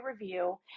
review